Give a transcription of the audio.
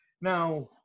Now